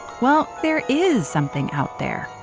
well, there is something out there,